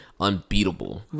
unbeatable